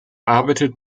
arbeitet